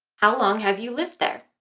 how long have you lived there?